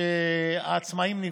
צועקים שהעצמאים נפגעים,